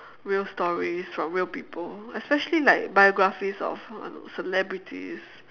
real stories from real people especially like biographies of I don't know celebrities